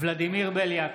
ולדימיר בליאק,